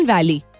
Valley